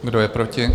Kdo je proti?